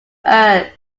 earth